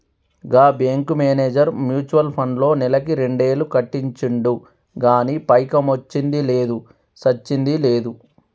గా bank manager mutual ఫండ్లో నెలకు రెండేలు కట్టించిండు గానీ పైకమొచ్చ్చింది లేదు, సచ్చింది లేదు